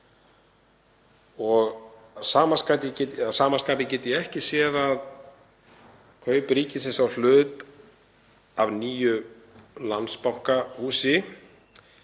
sama skapi get ég ekki séð að kaup ríkisins á hlut í nýju Landsbankahúsi